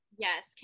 Yes